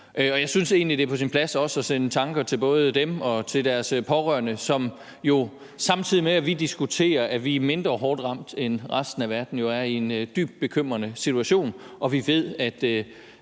også, det er på sin plads at sende tanker både til dem og til deres pårørende, som jo, samtidig med at vi diskuterer, at vi er mindre hårdt ramt end resten af verden, er i en dybt bekymrende situation,